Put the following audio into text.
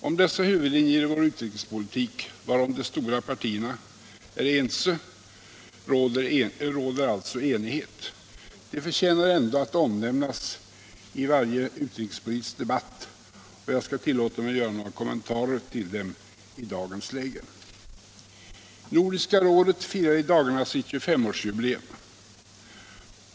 Om dessa huvudlinjer i vår utrikespolitik, varom de stora partierna är ense, råder alltså enighet. Dessa huvudlinjer förtjänar ändå att omnämnas i varje utrikespolitisk debatt, och jag skall tillåta mig att göra några kommentarer till dem i dagens läge. Nordiska rådet firar i dagarna sitt 25-årsjubileum.